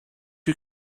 you